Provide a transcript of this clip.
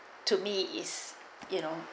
to me is you know